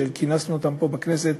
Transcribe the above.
כינסנו אותם פה בכנסת